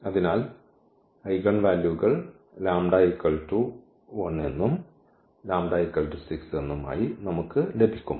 അതിനാൽ ഈ ഐഗൻവാല്യൂകൾ λ1 ഉം λ6 ഉം ആയി നമുക്ക് ലഭിക്കും